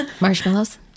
Marshmallows